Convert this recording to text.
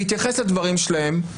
להתייחס לדברים שלהם,